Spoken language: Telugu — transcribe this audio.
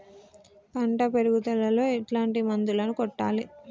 పంట పెరుగుదలలో ఎట్లాంటి మందులను కొట్టాలి?